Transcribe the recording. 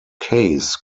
case